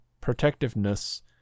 protectiveness